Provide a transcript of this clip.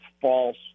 false